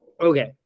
Okay